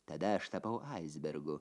tada aš tapau aisbergu